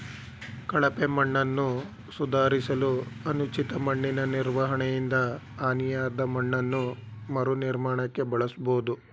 ಕಳಪೆ ಮಣ್ಣನ್ನು ಸುಧಾರಿಸಲು ಅನುಚಿತ ಮಣ್ಣಿನನಿರ್ವಹಣೆಯಿಂದ ಹಾನಿಯಾದಮಣ್ಣನ್ನು ಮರುನಿರ್ಮಾಣಕ್ಕೆ ಬಳಸ್ಬೋದು